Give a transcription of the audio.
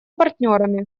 партнерами